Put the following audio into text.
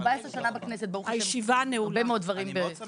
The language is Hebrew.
הישיבה ננעלה בשעה